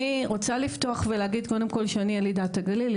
אני רוצה לפתוח ולהגיד קודם כל שאני ילידת הגליל,